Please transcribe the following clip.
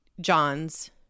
john's